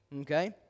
okay